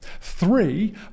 three